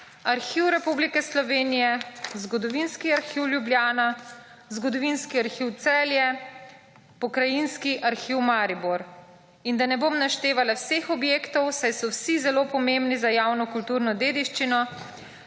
Arhiv Republike Slovenije, Zgodovinski arhiv Ljubljana, Zgodovinski arhiv Celje, Pokrajinski arhiv Maribor. In da ne bom naštevala vseh objektov, saj so vsi zelo pomembni za javno kulturno dediščino,